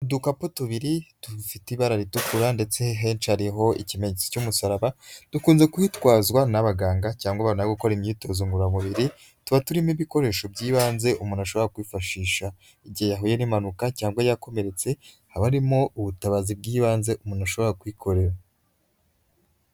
Udukapu tubiri duifite ibara ritukura ndetse henshi hariho ikimenyetso cy'umusaraba, dukunze kwitwazwa n'abaganga cyangwa abana barigukora imyitozo ngororamubiri, tuba turimo ibikoresho by'ibanze umuntu ashobora kwifashisha igihe yahuye n'impanuka cyangwa yakomeretse, haba harimo ubutabazi bw'ibanze umuntu ashobora kwikorera.